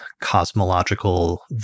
cosmological